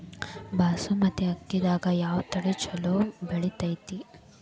ಬಾಸುಮತಿ ಅಕ್ಕಿದಾಗ ಯಾವ ತಳಿ ಛಲೋ ಬೆಳಿತೈತಿ?